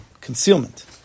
concealment